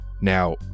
now